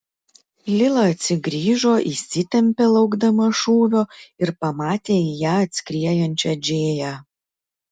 lila atsigrįžo įsitempė laukdama šūvio ir pamatė į ją atskriejančią džėją